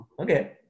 okay